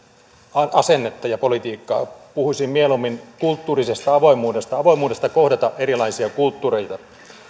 asennetta ja politiikkaa puhuisin mieluummin kulttuurisesta avoimuudesta avoimuudesta kohdata erilaisia kulttuureita